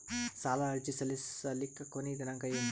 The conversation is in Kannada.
ಸಾಲ ಅರ್ಜಿ ಸಲ್ಲಿಸಲಿಕ ಕೊನಿ ದಿನಾಂಕ ಏನು?